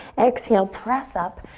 exhale, press up.